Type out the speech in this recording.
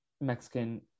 Mexican